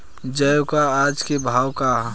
जौ क आज के भाव का ह?